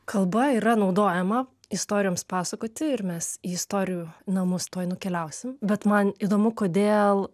kalba yra naudojama istorijoms pasakoti ir mes į istorijų namus tuoj nukeliausim bet man įdomu kodėl